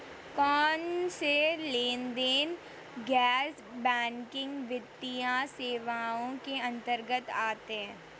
कौनसे लेनदेन गैर बैंकिंग वित्तीय सेवाओं के अंतर्गत आते हैं?